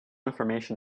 information